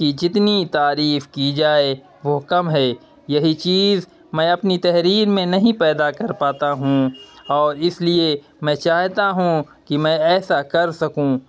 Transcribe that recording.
کی جتنی تعریف کی جائے وہ کم ہے یہی چیز میں اپنی تحریر میں نہیں پیدا کر پاتا ہوں اور اس لیے میں چاہتا ہوں کہ میں ایسا کر سکوں